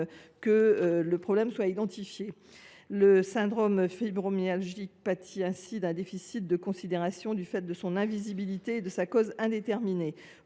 du problème. En outre, le syndrome fibromyalgique pâtit d’un déficit de considération, du fait de son invisibilité et de sa cause indéterminée.